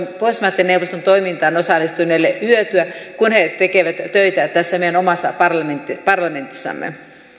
neuvoston toimintaan osallistuneille hyötyä kun he tekevät töitä tässä meidän omassa parlamentissamme parlamentissamme